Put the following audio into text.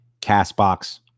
CastBox